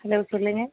hello சொல்லுங்கள்